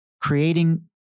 creating